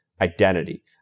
Identity